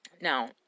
Now